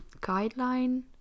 guideline